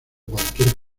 cualquier